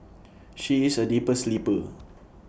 she is A deeper sleeper